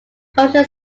coastal